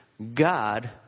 God